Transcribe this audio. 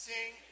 Sing